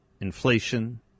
inflation